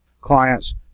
clients